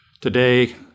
Today